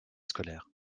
scolaire